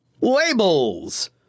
Labels